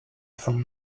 from